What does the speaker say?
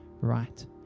right